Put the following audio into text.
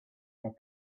that